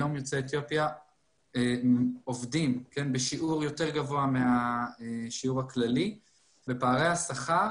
היום יוצאי אתיופיה עובדים בשיעור יותר גבוה מהשיעור הכללי ופערי השכר